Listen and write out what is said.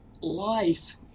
Life